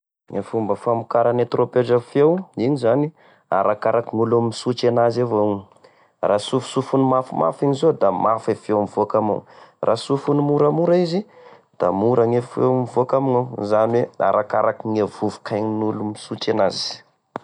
E fomba famokarane trompetra feo igny zany arakaraka gn'olo misotry anazy evao igny, raha sofosofony mafimafy igny zao da mafy e feo mivôky amignao ,raha sofiny moramora izy, da mora gne feo mivoaka amignao zany hoe: arakakaraka gne vovokain'olo misotry anazy.